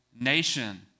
nation